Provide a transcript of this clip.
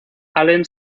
allen